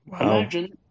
Imagine